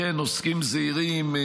עוסקים זעירים,